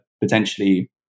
potentially